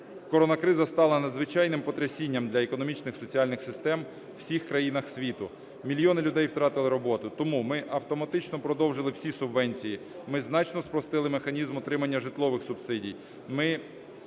коронакриза стала надзвичайним потрясінням для економічних соціальних систем у всіх країнах світу, мільйони людей втратили роботу. Тому ми автоматично продовжили всі субвенції, ми значно спростили механізм отримання житлових субсидій.